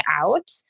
out